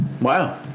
Wow